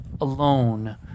alone